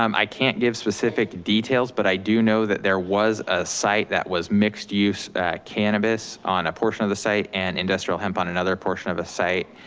um i can't give specific details but i do know that there was a site that was mixed use cannabis on a portion of the site and industrial hemp on another portion of a site.